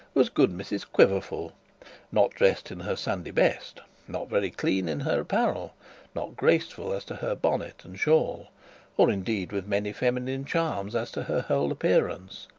was good mrs quiverful not dressed in her sunday best not very clean in her apparel not graceful as to her bonnet and shawl or, indeed, with many feminine charms as to her whole appearance.